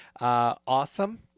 Awesome